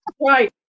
Right